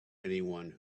anyone